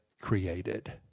created